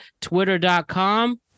Twitter.com